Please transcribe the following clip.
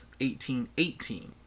1818